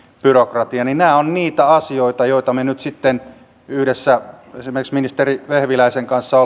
byrokratia ovat niitä asioita joista me nyt sitten yhdessä esimerkiksi ministeri vehviläisen kanssa